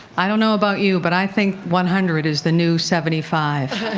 i don't know about you, but i think one hundred is the new seventy five.